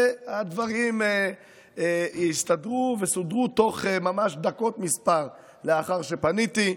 והדברים הסתדרו וסודרו תוך ממש דקות מספר לאחר שפניתי.